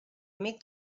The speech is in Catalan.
amic